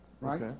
right